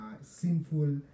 sinful